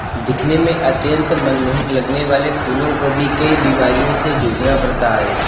दिखने में अत्यंत मनमोहक लगने वाले फूलों को भी कई बीमारियों से जूझना पड़ता है